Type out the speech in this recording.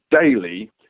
daily